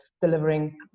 delivering